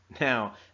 now